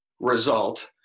result